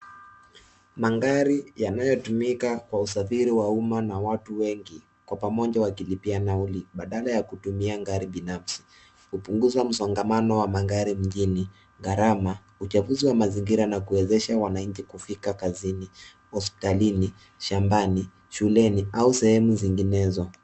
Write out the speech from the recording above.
Magari yanayotumika kwa usafiri wa umma na watu wengi kwa pamoja wakilipia nauli, badala ya kutumia gari binafsi. Hupunguza msongamano wa magari mjini, gharama, uchafuzi wa mazingira, na kuwezesha wananchi kufika kazini, hospitalini, shambani, shuleni, au sehemu zinginezo.